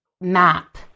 map